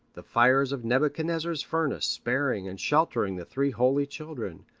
the fires of nebuchadnezzar's furnace sparing and sheltering the three holy children,